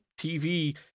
tv